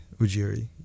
Ujiri